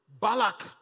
Balak